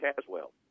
Caswell